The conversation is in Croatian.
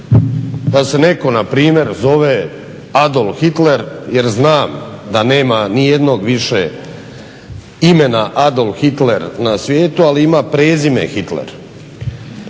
da se netko npr. zove Adolf Hitler jer znam da nema ni jednog više imena Adolf Hitler na svijetu, ali ima prezime Hitler.